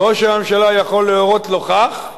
ראש הממשלה יכול להורות לו כך,